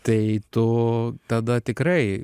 tai tu tada tikrai